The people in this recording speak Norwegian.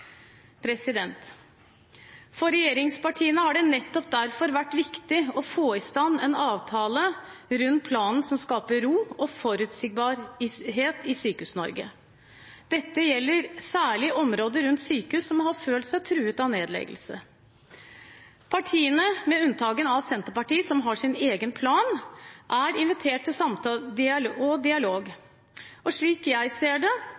For regjeringspartiene har det nettopp derfor vært viktig å få i stand en avtale rundt planen som skaper ro og forutsigbarhet i Sykehus-Norge. Dette gjelder særlig områder rundt sykehus som har følt seg truet av nedleggelse. Partiene – med unntak av Senterpartiet, som har sin egen plan – ble invitert til samtale og dialog. Slik jeg ser det,